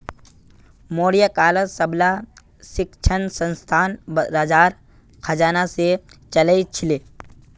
मौर्य कालत सबला शिक्षणसंस्थान राजार खजाना से चलअ छीले